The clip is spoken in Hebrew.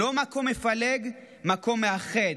לא מקום מפלג, מקום מאחד.